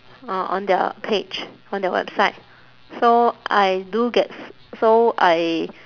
uh on their page on their website so I do get so I